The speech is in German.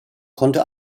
konnte